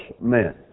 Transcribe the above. men